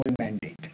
mandate